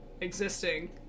existing